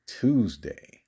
Tuesday